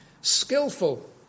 skillful